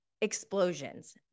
explosions